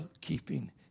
keeping